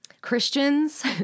Christians